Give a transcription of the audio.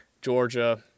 Georgia